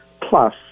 plus